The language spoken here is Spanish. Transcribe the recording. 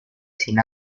sin